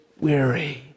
weary